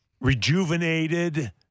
rejuvenated